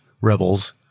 Rebels